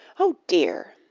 oh, dear!